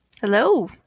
Hello